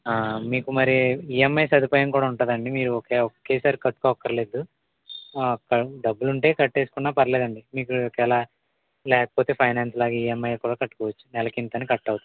ఆ మీకు మరి ఈఎమ్ఐ సదుపాయం కూడా ఉంటుందండి మీరు ఒకే ఒకేసారి కట్టుకోనక్కర్లేదు డబ్బులు ఉన్నా కట్టేసుకున్న పర్లేదండి మీకు ఎలా లేకపోతే ఫైనాన్స్ లాగా ఈఎమ్ఐ కూడా కట్టుకోవచ్చు నెలకి ఇంత అని కట్ అవుతుంది